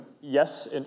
yes